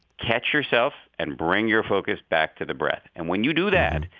catch yourself and bring your focus back to the breath. and when you do that,